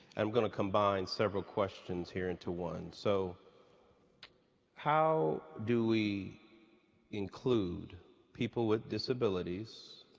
i'm going to combine several questions here into one. so how do we include people with disabilityies,